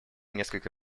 несколько